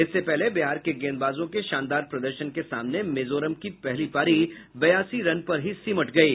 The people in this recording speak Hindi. इससे पहले बिहार के गेंदबाजों के शानदार प्रदर्शन के सामने मिजोरम की पहली पारी बयासी रन पर ही सिमट गयी